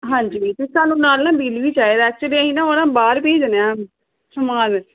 ਹਾਂਜੀ ਅਤੇ ਸਾਨੂੰ ਨਾਲ ਨਾ ਬਿੱਲ ਵੀ ਚਾਹੀਦਾ ਐਕਚੁਲੀ ਅਸੀਂ ਨਾ ਉਹ ਨਾ ਬਾਹਰ ਭੇਜਣਾ ਸਮਾਨ